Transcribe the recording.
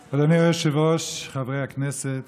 היושב-ראש, חברי הכנסת,